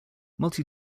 multi